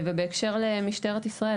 ובהקשר למשטרת ישראל,